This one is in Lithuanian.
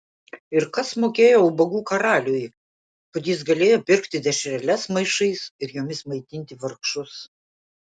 ir kas mokėjo ubagų karaliui kad jis galėjo pirkti dešreles maišais ir jomis maitinti vargšus